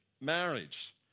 marriage